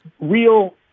real